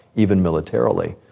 even militarily.